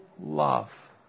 love